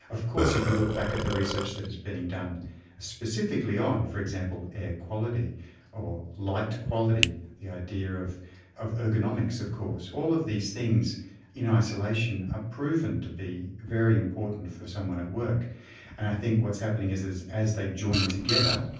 of course if you look back at the research that is being done specifically on, for example, air quality or light quality, the idea of of ergonomics of course, all of these things in you know isolation are ah proven to be very important for someone at work. and i think what's happening is is as they join together,